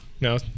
no